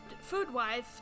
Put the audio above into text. Food-wise